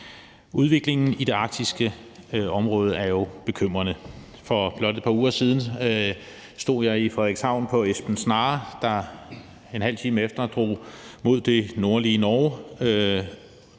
Udviklingen i det arktiske område er jo bekymrende. For blot et par uger siden stod jeg i Frederikshavn på »Esbern Snare«, der en halv time efter drog mod det nordlige Norge,